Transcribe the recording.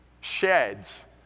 sheds